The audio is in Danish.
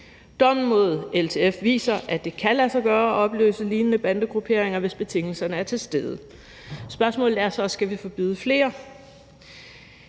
Dommen mod LTF viser, at det kan lade sig gøre at opløse lignende bandegrupperinger, hvis betingelserne er til stede. Spørgsmålet er så: Skal vi forbyde flere?